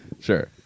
Sure